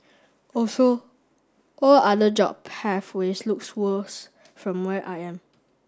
also all other job pathways look worse from where I am